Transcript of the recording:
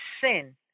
sin